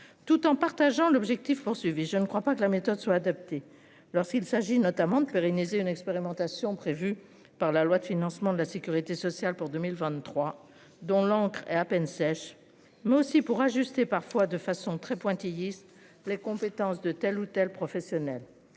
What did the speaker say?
Tout en partageant l'objectif poursuivi. Je ne crois pas que la méthode soit adapté. Lorsqu'il s'agit notamment de pérenniser une expérimentation prévue par la loi de financement de la Sécurité sociale pour 2023 dont l'encre est à peine sèche, mais aussi pour ajuster parfois de façon très pointilliste les compétences de telle ou telle professionnel